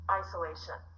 isolation